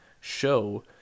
show